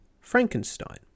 Frankenstein